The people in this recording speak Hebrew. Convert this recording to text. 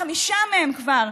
חמישה מהם כבר,